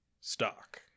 stock